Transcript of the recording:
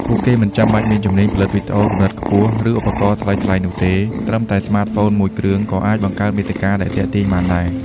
ពួកគេមិនចាំបាច់មានជំនាញផលិតវីដេអូកម្រិតខ្ពស់ ឬឧបករណ៍ថ្លៃៗនោះទេ ត្រឹមតែស្មាតហ្វូនមួយគ្រឿងក៏អាចបង្កើតមាតិកាដែលទាក់ទាញបានដែរ។